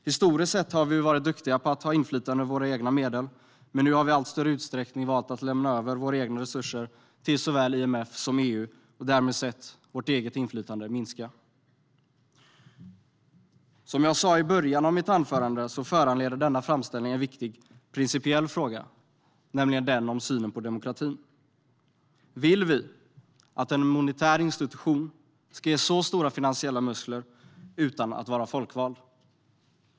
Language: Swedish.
Historiskt sett har vi varit duktiga på att ha inflytande över våra egna medel, men nu har vi i allt större utsträckning valt att lämna över resurser till såväl IMF som EU och därmed sett vårt eget inflytande minska. Som jag sa i början av mitt anförande föranleder denna framställning en viktig principiell fråga, nämligen den om synen på demokratin. Vill vi att en monetär institution ska ges så stora finansiella muskler utan att vara folkvald?